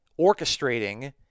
orchestrating